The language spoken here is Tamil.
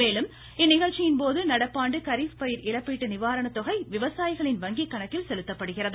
மேலும் இந்நிகழ்ச்சியின்போது நடப்பாண்டு கரீப் பயிர்கள் இழப்பீட்டு நிவாரணத்தொகை விவசாயிகளின் வங்கிக் கணக்கில் செலுத்தப்படுகிறது